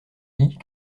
lit